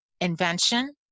invention